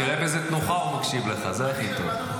תראה באיזה תנוחה הוא מקשיב לך, זה הכי טוב.